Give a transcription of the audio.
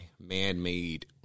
man-made